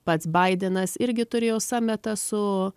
pats baidenas irgi turėjo sametą su